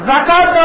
Zakat